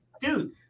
dude